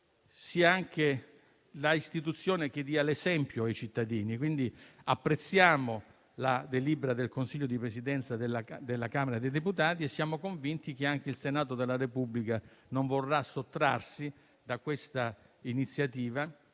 sia l'istituzione che deve dare l'esempio ai cittadini; quindi, apprezziamo la delibera dell'Ufficio di Presidenza della Camera dei deputati e siamo convinti che anche il Senato della Repubblica non vorrà sottrarsi a questa iniziativa